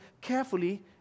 carefully